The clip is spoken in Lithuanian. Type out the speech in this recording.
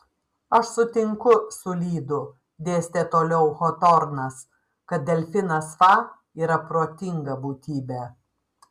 aš sutinku su lydu dėstė toliau hotornas kad delfinas fa yra protinga būtybė